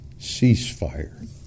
ceasefire